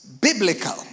biblical